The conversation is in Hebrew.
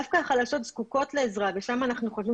דווקא החלשות זקוקות לעזרה ושם אנחנו חושבים